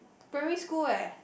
primary school eh